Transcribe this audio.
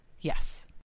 Yes